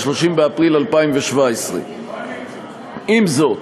30 באפריל 2017. עם זאת,